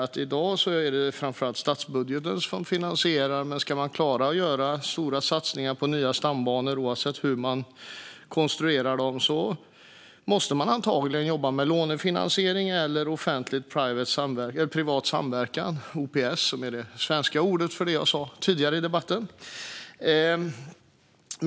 I dag är det framför allt statsbudgeten som finansierar, men om man ska klara av att göra satsningar på nya stambanor, oavsett hur de konstrueras, måste man antagligen jobba med lånefinansiering eller offentlig-privat samverkan, eller OPS, som är det svenska ordet för det som jag sa tidigare i debatten.